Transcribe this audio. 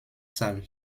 sale